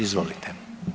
Izvolite.